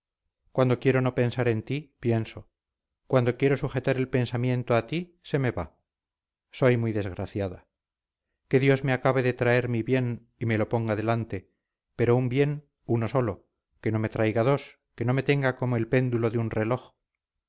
cuando quiero no pensar en ti pienso cuando quiero sujetar el pensamiento a ti se me va soy muy desgraciada que dios me acabe de traer mi bien y me lo ponga delante pero un bien uno solo que no me traiga dos que no me tenga como el péndulo de un reloj